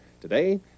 Today